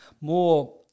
more